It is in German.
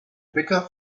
bäcker